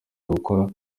gukora